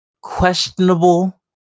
questionable